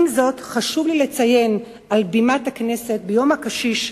עם זאת, חשוב לי לציין על בימת הכנסת ביום הקשיש,